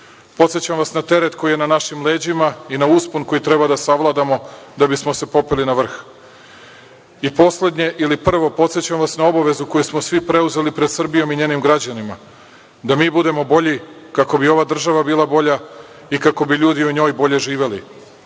Podsećam vas na teret koji je na našim leđima i na uspon koji treba da savladamo da bismo se popeli na vrh. Poslednje ili prvo, podsećam vas na obavezu koju smo svi preuzeli pred Srbijom i njenim građanima – da mi budemo bolji kako bi ova država bila bolja i kako bi ljudi u njoj bolje živeli.